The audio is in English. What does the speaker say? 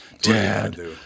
Dad